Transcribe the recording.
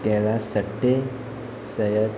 गेला सट्टे सयत